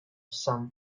some